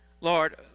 Lord